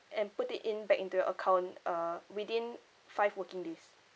and put it in back into your account uh within five working days